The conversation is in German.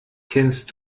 kennst